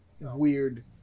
weird